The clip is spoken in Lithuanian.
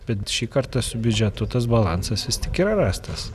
bet šį kartą su biudžetu tas balansas jis tik yra rastas